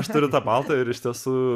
aš turiu tą baltą ir iš tiesų